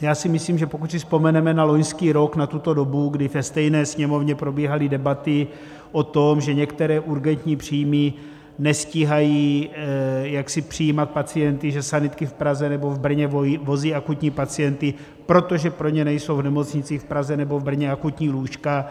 Já si myslím, že pokud si vzpomeneme na loňský rok, na tuto dobu, kdy ve stejné Sněmovně probíhaly debaty o tom, že některé urgentní příjmy nestíhají přijímat pacienty, že sanitky v Praze nebo v Brně vozí akutní pacienty, protože pro ně nejsou v nemocnicích v Praze nebo v Brně akutní lůžka.